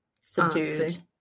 subdued